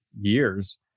years